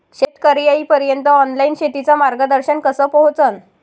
शेतकर्याइपर्यंत ऑनलाईन शेतीचं मार्गदर्शन कस पोहोचन?